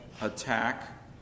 attack